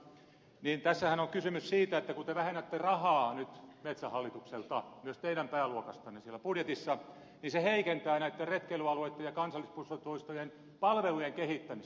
tässähän on kysymys siitä että kun te vähennätte rahaa nyt metsähallitukselta myös teidän pääluokastanne siellä budjetissa niin se heikentää näitten retkeilyalueitten ja kansallispuistojen palvelujen kehittämistä